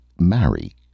marry